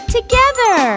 together